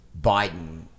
Biden